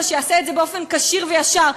אבל שיעשה את זה באופן כשיר וישר,